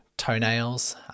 Toenails